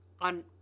on